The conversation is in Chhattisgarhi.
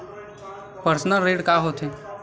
पर्सनल ऋण का होथे?